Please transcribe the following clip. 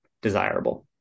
desirable